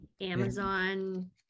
Amazon